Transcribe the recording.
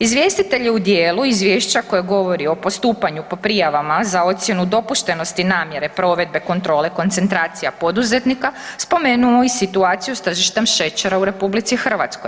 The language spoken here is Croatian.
Izvjestitelj je u dijelu izvješća koje govori o postupanju po prijavama za ocjenu dopuštenosti namjere provedbe kontrole koncentracija poduzetnika spomenuo i situaciju s tržištem šećera u RH.